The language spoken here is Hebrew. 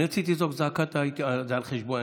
רציתי לזעוק את זעקת כל המרחב התיישבותי,